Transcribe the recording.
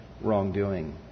wrongdoing